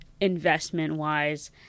investment-wise